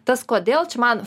tas kodėl čia man